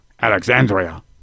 Alexandria